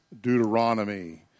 Deuteronomy